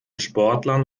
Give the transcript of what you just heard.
sportlern